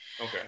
Okay